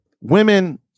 women